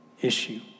issue